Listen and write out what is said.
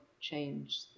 change